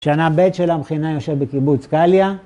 שנה ב' של המכינה יושבת בקיבוץ קליה.